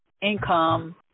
income